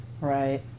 right